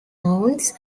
mounds